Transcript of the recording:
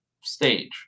stage